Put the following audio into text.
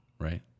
right